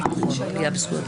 תודה רבה.